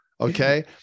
Okay